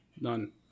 none